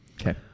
Okay